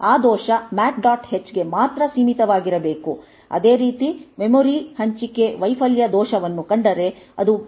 h ಗೆ ಮಾತ್ರ ಸೀಮಿತವಾಗಿರಬೇಕು ಅದೇ ರೀತಿ ಮೆಮೊರಿ ಹಂಚಿಕೆ ವೈಫಲ್ಯ ದೋಷವನ್ನು ಕಂಡರೆ ಅದು ಮೆಮೊರಿ